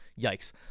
yikes